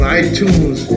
iTunes